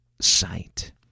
sight